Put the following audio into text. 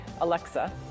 Alexa